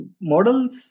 Models